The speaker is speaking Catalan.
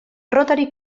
rotary